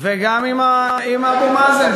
וגם עם אבו מאזן.